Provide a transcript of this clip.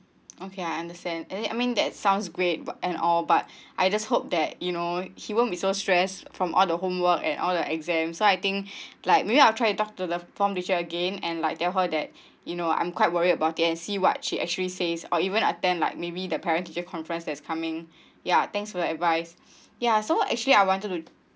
okay I understand and I mean that sounds great but and all but I just hope that you know he won't be so stress from all the homework and all the exam so I think like maybe I'll try talk to the form teacher again and like tell her that you know I'm quite worry about it and see what she actually says or even attend like maybe the parent teacher conference that's coming ya thanks for the advice ya so actually I wanted to